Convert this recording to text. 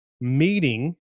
meeting